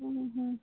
ଉଁ ହୁଁ